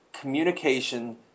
communication